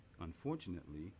Unfortunately